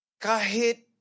kahit